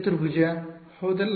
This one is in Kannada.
ಚತುರ್ಭುಜ ಹೌದಲ್ಲ